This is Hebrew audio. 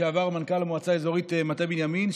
לשעבר מנכ"ל המועצה האזורית מטה בנימין,